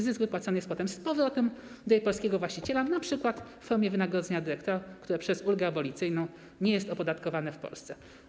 Zysk wypłacany jest potem z powrotem do jej polskiego właściciela, np. w formie wynagrodzenia dyrektora, które przez ulgę abolicyjną nie jest opodatkowane w Polsce.